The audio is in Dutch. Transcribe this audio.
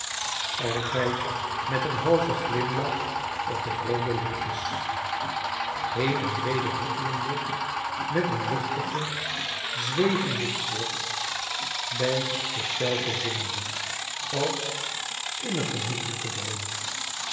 altijd met een halven glimlach op de roode lipjes heen en weder huppelende met een luchtigen zwevenden tred bij zich zelve zingende als in een genoegelijken droom